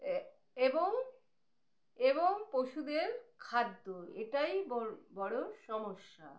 এ এবং এবং পশুদের খাদ্য এটাই ব বড় সমস্যা